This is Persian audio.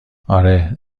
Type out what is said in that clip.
آره